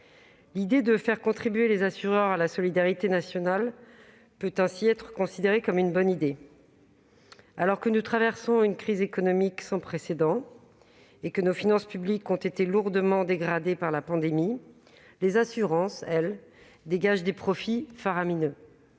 L'idée de faire contribuer les assureurs à la solidarité nationale peut ainsi être considérée comme une bonne idée. Alors que nous traversons une crise économique sans précédent, et que nos finances publiques ont été lourdement dégradées par la pandémie, les assurances, elles, dégagent des profits faramineux.